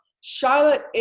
Charlotte